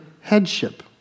headship